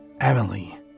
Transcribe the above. Emily